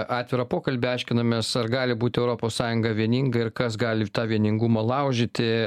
atvirą pokalbį aiškinamės ar gali būti europos sąjunga vieninga ir kas gali tą vieningumą laužyti